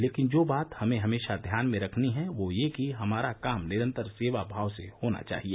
लेकिन जो बात हमें हमेशा ध्यान रखनी है वो ये कि हमारा काम निरंतर सेवा भाव से ही होना चाहिए